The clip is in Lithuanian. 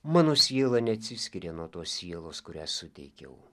mano siela neatsiskiria nuo tos sielos kurią suteikiau